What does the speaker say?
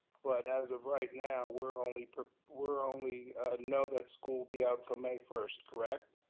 but as of right now, we're only we're only know that school will be out til may first, correct?